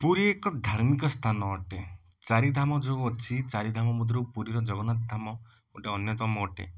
ପୁରୀ ଏକ ଧାର୍ମିକସ୍ଥାନ ଅଟେ ଚାରିଧାମ ଯେଉଁ ଅଛି ଚାରିଧାମ ମଧ୍ୟରୁ ପୁରୀର ଜଗନ୍ନାଥ ଧାମ ଗୋଟେ ଅନ୍ୟତମ ଅଟେ